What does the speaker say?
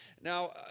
Now